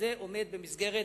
שזה עומד במסגרת